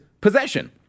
possession